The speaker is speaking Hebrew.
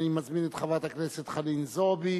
אני מזמין את חברת הכנסת חנין זועבי